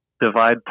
divide